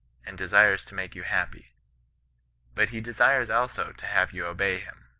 and desires to make you happy but he desires also to have you obey him